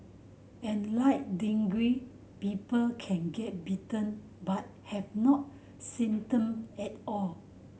and like dengue people can get bitten but have no symptom at all